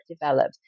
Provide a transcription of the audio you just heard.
developed